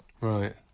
Right